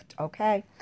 okay